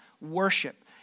worship